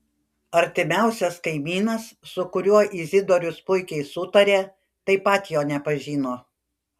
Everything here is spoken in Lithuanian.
artimiausias kaimynas su kuriuo izidorius puikiai sutarė taip pat jo nepažino